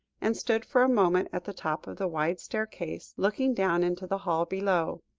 and stood for a moment at the top of the wide staircase, looking down into the hall below.